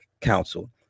Council